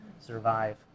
survive